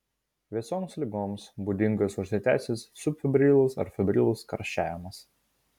visoms ligoms būdingas užsitęsęs subfebrilus ar febrilus karščiavimas